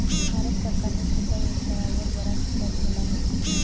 भारत सरकारने छोट्या व्यवसायावर बराच विचार केला आहे